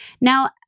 Now